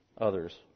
others